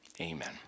Amen